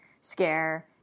scare